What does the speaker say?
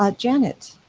ah janet?